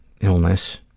illness